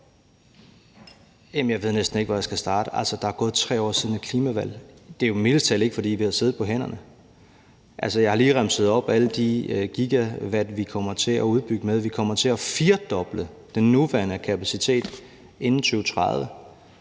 jeg ved næsten ikke, hvor jeg skal starte. Altså, der er gået 3 år siden klimavalget. Det er jo mildest talt ikke, fordi vi har siddet på hænderne. Jeg har lige remset alle de gigawatt, vi kommer til at udbygge med, op. Vi kommer til at firedoble den nuværende kapacitet inden 2030.